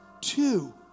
two